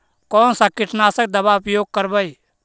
कोन सा कीटनाशक दवा उपयोग करबय?